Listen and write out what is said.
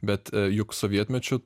bet juk sovietmečiu